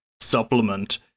supplement